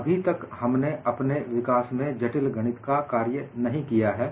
अभी तक हमने अपने विकास में जटिल गणित का कार्य नहीं किया है